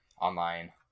online